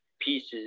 pieces